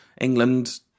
England